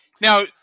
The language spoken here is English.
Now